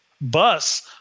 bus